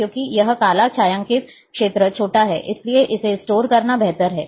क्योंकि यह काला छायांकित क्षेत्र छोटा है इसलिए इसे स्टोर करना बेहतर है